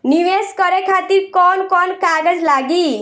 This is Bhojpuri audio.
नीवेश करे खातिर कवन कवन कागज लागि?